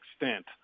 extent